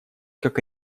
как